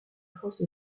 force